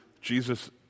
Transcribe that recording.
Jesus